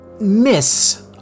miss